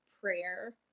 prayer